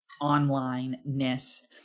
online-ness